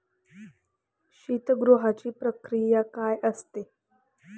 शीतगृहाची प्रक्रिया काय असते?